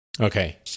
Okay